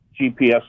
GPS